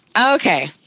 okay